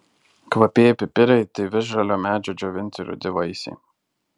kvapieji pipirai tai visžalio medžio džiovinti rudi vaisiai